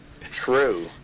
True